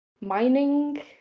mining